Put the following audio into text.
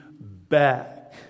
back